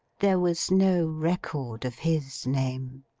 there was no record of his name.